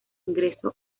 ingreso